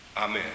Amen